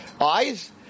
eyes